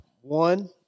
one